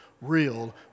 real